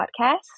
podcast